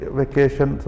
vacation